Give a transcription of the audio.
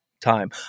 time